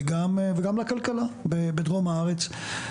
וגם לכלכלה בדרום הארץ.